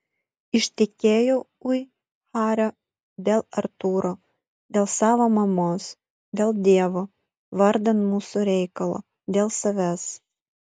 ištekėjau ui hario dėl artūro dėl savo mamos dėl dievo vardan mūsų reikalo dėl savęs